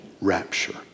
rapture